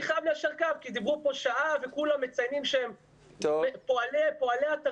הייתי חייב ליישר קו כי דיברו כאן שעה וכולם מציינים שהם פועלי התרבות.